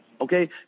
Okay